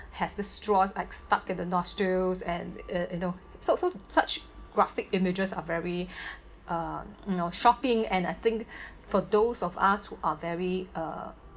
had the straws like stuck at the nostrils and you you know so so such graphic images are very uh you know shocking and I think for those of us who are very uh